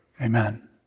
Amen